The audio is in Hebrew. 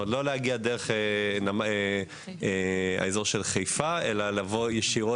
לא להגיע דרך אזור חיפה אלא ישירות,